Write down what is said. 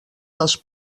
dels